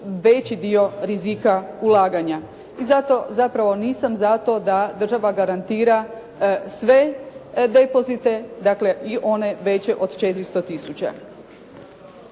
veći dio rizika ulaganja. I zato zapravo nisam za to država garantira sve depozite, dakle i one veće od 400 tisuća.